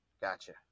Gotcha